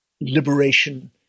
liberation